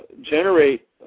generate